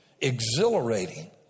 exhilarating